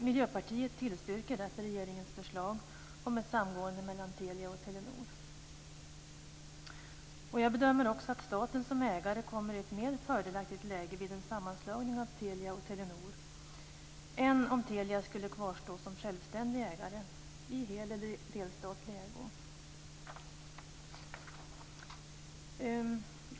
Miljöpartiet tillstyrker därför regeringens förslag om ett samgående mellan Telia och Telenor. Jag bedömer också att staten som ägare kommer i ett mer fördelaktigt läge vid en sammanslagning av Telia och Telenor än om Telia skulle kvarstå som en självständig ägare, i hel eller delstatlig ägo.